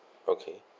okay